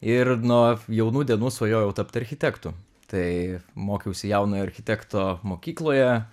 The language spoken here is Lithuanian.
ir nuo jaunų dienų svajojau tapti architektu tai mokiausi jaunojo architekto mokykloje